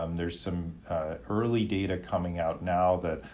um there's some early data coming out now that,